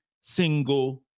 single